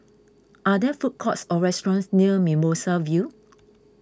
are there food courts or restaurants near Mimosa View